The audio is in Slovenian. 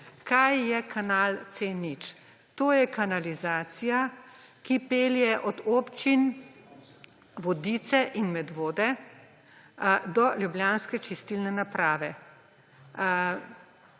Kaj je kanal C0? To je kanalizacija, ki pelje od občin Vodice in Medvode do ljubljanske čistilne naprave.